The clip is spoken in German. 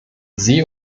sie